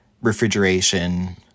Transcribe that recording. refrigeration